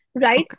right